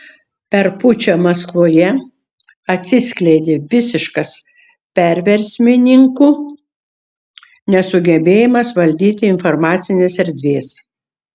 per pučą maskvoje atsiskleidė visiškas perversmininkų nesugebėjimas valdyti informacinės erdvės